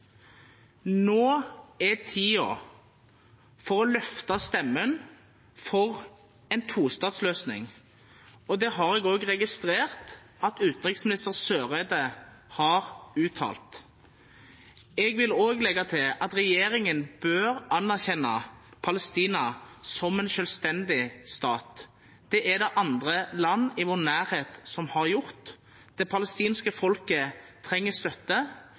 Nå er tiden inne for å løfte stemmen for en tostatsløsning, og det har jeg også registrert at utenriksminister Eriksen Søreide har uttalt. Jeg vil også legge til at regjeringen bør anerkjenne Palestina som en selvstendig stat. Det er det andre land i vår nærhet som har gjort. Det palestinske folket trenger støtte.